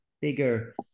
bigger